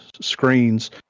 screens